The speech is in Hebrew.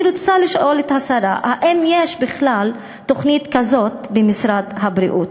אני רוצה לשאול את השרה אם יש בכלל תוכנית כזאת במשרד הבריאות.